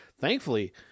thankfully